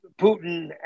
Putin